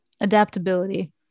Adaptability